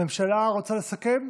הממשלה רוצה לסכם?